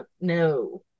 no